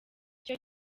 cyo